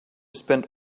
spend